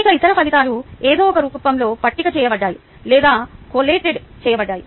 అనేక ఇతర ఫలితాలు ఏదో ఒక రూపంలో పట్టిక చేయబడ్డాయి లేదా కొల్లాటెడ్ చెయ్యబడ్డాయి